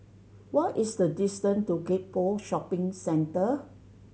what is the distance to Gek Poh Shopping Center